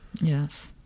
Yes